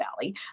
Valley